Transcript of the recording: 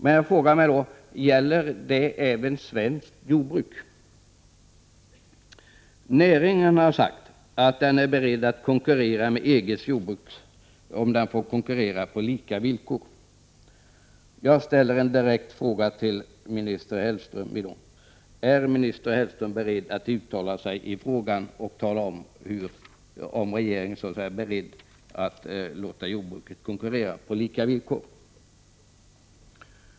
Men jag frågar: Gäller det även svenskt jordbruk? Näringen har sagt att den är beredd att konkurrera med EG:s jordbruk om den får konkurrera på lika villkor. Jag ställer en direkt fråga till minister Hellström: Är minister Hellström beredd att uttala sig i frågan om regeringen är villig att låta jordbruket konkurrera på lika villkor?